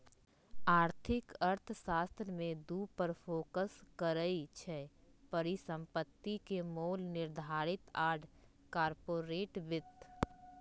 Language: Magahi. आर्थिक अर्थशास्त्र में दू पर फोकस करइ छै, परिसंपत्ति के मोल निर्धारण आऽ कारपोरेट वित्त